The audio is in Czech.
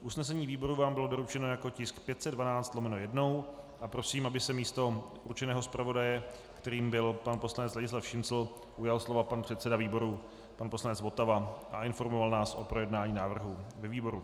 Usnesení výboru vám bylo doručeno jako tisk 512/1 a prosím, aby se místo určeného zpravodaje, kterým byl pan poslanec Ladislav Šincl, ujal slova pan předseda výboru pan poslanec Votava a informoval nás o projednání návrhu ve výboru.